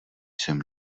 jsem